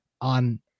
on